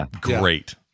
great